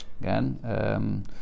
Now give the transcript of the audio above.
Again